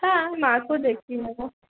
হ্যাঁ মাকেও দেখিয়ে নেবো